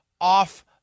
off